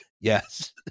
Yes